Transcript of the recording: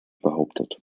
behauptet